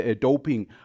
doping